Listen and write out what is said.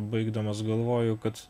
baigdamas galvoju kad